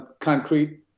concrete